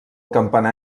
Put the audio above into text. campanar